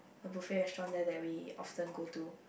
the buffet restaurant there that we often go to